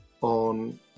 on